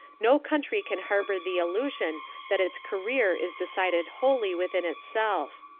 no country can harbor the illusion that its career is decided wholly within itself.